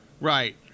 Right